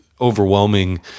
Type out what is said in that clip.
overwhelming